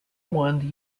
one